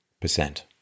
percent